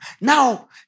Now